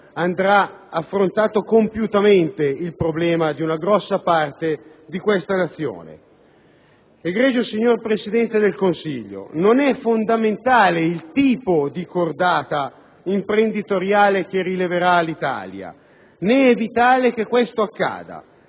andrà affrontato compiutamente il problema di una grande parte di questa Nazione. Egregio signor Presidente del Consiglio, non è fondamentale il tipo di cordata imprenditoriale che rileverà Alitalia, né è vitale che questo accada;